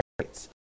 rates